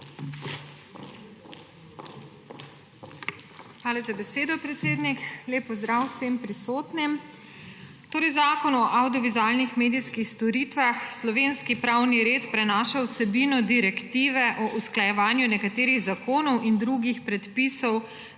Hvala za besedo, predsednik. Lep pozdrav vsem prisotnim! Zakon o avdiovizualnih medijskih storitvah v slovenski pravni red prenaša vsebino direktive o usklajevanju nekaterih zakonov in drugih predpisov